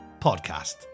podcast